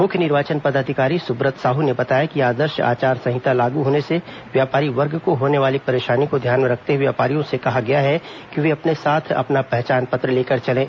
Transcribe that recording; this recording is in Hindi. मुख्य निर्वाचन पदाधिकारी सुब्रत साहू ने बताया कि आदर्श आचार संहिता लागू होने से व्यापारी वर्ग को होने वाली परेशानियों को ध्यान में रखते हुए व्यापारियों से कहा गया है कि वे अपने साथ अपना पहचान पत्र लेकर चलें